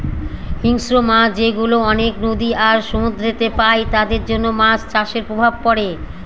হিংস্র মাছ যেগুলা অনেক নদী আর সমুদ্রেতে পাই তাদের জন্য মাছ চাষের প্রভাব পড়ে